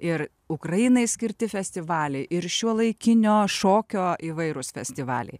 ir ukrainai skirti festivaliai ir šiuolaikinio šokio įvairūs festivaliai